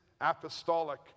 apostolic